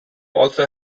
also